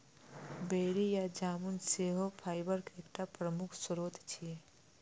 बेरी या जामुन सेहो फाइबर के एकटा प्रमुख स्रोत छियै